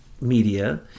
media